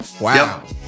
wow